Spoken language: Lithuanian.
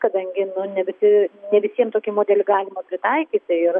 kadangi ne visi ne visiem tokį modelį galima pritaikyti ir